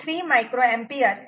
3 micro ampere 1